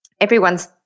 everyone's